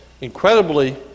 Incredibly